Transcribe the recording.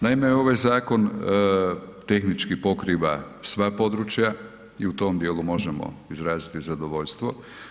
Naime, ovaj zakon tehnički pokriva sva područja i u tom dijelu možemo izraziti zadovoljstvo.